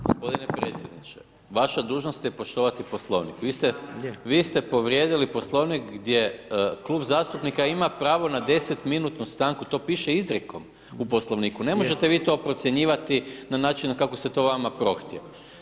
Gospodine predsjedniče, vaša dužnost je poštovati poslovnik, vi ste povrijedili poslovnik, gdje Klub zastupnika ima pravo na 10 minutnu stanku, to piše izrijekom u poslovniku, ne možete vi to procjenjivati, na način kako se to vama prohtjeva.